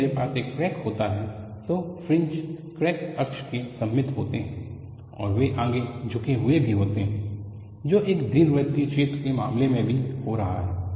जब मेरे पास एक क्रैक होता है तो फ्रिंजिस क्रैक अक्ष के सममित होते है और वे आगे झुके हुए भी होते हैं जो एक दीर्घवृत्तीय छेद के मामले में भी हो रहा है